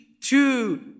two